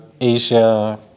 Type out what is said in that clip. Asia